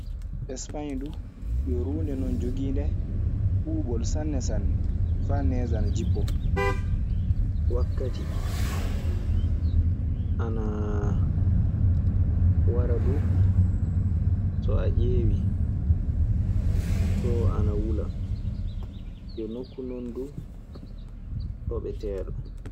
Españ du yo ruunde non jogiinde ɓuuɓol sanne sanne, faa nees ana jippoo. Wakkati ana wara duu, so a ƴeewii, too ana wula. Yo nokku non duu toɓeteeɗo.